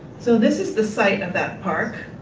so this is the site of that park.